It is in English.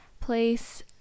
place